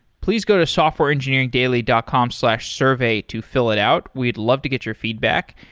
please go to softwareengineeringdaily dot com slash survey to fill it out. we'd love to get your feedback.